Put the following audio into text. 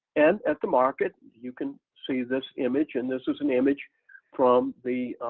and at the market, you can see this image, and this is an image from the